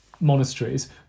monasteries